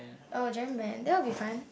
oh a jam band that would be fine